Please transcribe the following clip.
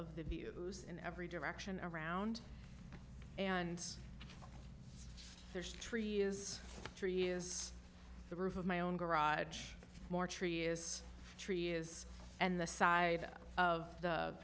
of the views in every direction are around and there's tree is tree is the roof of my own garage more tree is tree is and the side of the